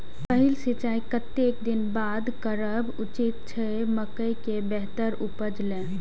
पहिल सिंचाई कतेक दिन बाद करब उचित छे मके के बेहतर उपज लेल?